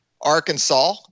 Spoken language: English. Arkansas